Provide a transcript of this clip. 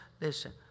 listen